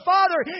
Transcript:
Father